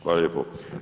Hvala lijepo.